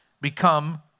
become